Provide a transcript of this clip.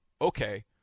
okay